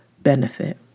benefit